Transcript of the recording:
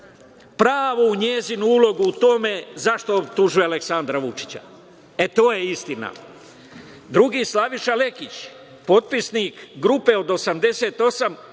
pravu njenu ulogu u tome zašto optužuje Aleksandra Vučića. E, to je istina. Drugi, Slaviše Lekić, potpisnik grupe od 88,